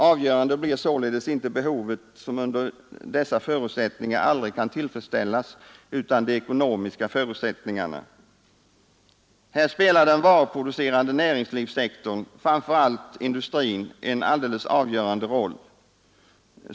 Avgörande blir således inte behovet, som under dessa förutsättningar aldrig kan tillfredsställas, utan de ekonomiska förutsättningarna. Här spelar den varuproducerande näringslivssektorn, framför allt industrin, en alldeles avgörande roll.